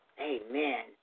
Amen